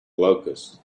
locusts